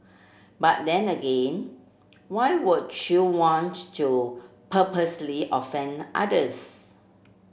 but then again why would you want to purposely offend others